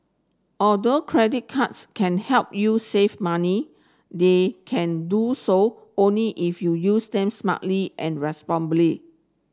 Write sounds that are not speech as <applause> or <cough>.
although credit cards can help you save money they can do so only if you use them smartly and <unintelligible>